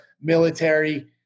military